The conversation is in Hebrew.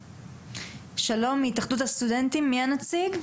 שלום, מהתאחדות הסטודנטים מי הנציג?